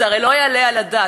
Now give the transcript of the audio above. זה הרי לא יעלה על הדעת.